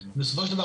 בסופו של דבר,